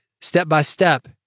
step-by-step